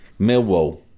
Millwall